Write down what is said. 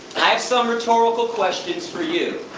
i have some rhetorical questions for you.